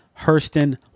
Hurston